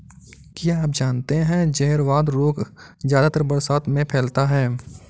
क्या आप जानते है जहरवाद रोग ज्यादातर बरसात में फैलता है?